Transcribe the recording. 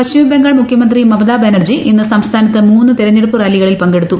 പശ്ചിമബംഗാൾ മുഖ്യമന്ത്രി മമതാ ബാനർജി ഇന്ന് സംസ്ഥാനത്ത് മൂന്ന് തെരഞ്ഞെടുപ്പ് റാലികളിൽ പങ്കെടുത്തു